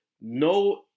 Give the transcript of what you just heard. no